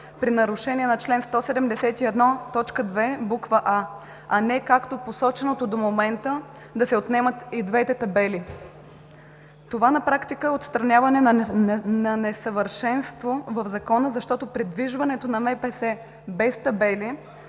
при нарушение на чл. 171, т. 2, буква „а“, а не както посоченото до момента, да се отнемат и двете табели. Това на практика е отстраняване на несъвършенство в Закона, защото придвижването на МПС без табели